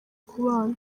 kubana